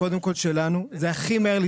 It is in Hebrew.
וקודם כל שלנו, לדחוף הכי מהר.